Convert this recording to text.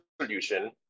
solution